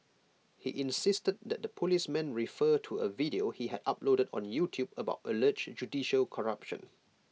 he insisted that the policemen refer to A video he had uploaded on YouTube about alleged judicial corruption